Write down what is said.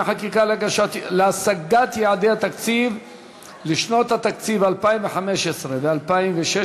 חקיקה להשגת יעדי התקציב לשנות התקציב 2015 ו-2016),